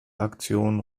aktion